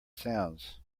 sounds